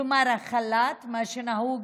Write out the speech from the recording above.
כלומר החל"ת, מה שנהוג,